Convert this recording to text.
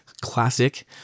Classic